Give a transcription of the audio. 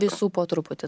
visų po truputį